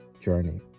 journey